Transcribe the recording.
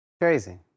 Crazy